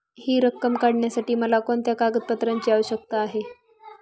हि रक्कम काढण्यासाठी मला कोणत्या कागदपत्रांची आवश्यकता आहे?